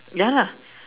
ya lah